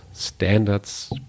standards